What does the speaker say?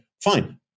Fine